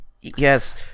yes